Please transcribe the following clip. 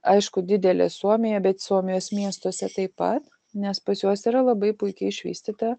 aišku didelė suomija bet suomijos miestuose taip pat nes pas juos yra labai puikiai išvystyta